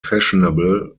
fashionable